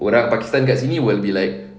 orang pakistan kat sini will be like